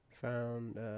Found